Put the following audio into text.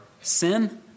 sin